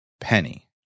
penny